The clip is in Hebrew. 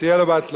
שיהיה לו בהצלחה.